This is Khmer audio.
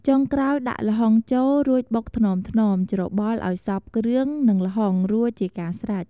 ចុងក្រោយ ដាក់ល្ហុងចូល រួចបុកថ្នមៗ ច្របល់ឲ្យសព្វគ្រឿងនឹងល្ហុងរួចជាការស្រេច។